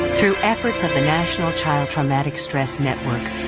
through efforts of the national child traumatic stress network,